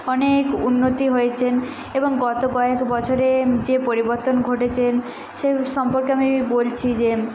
অনেক উন্নতি হয়েছেন এবং গত কয়েক বছরে যে পরিবর্তন ঘটেছেন সে সম্পর্কে আমি বলছি যে